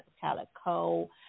Calico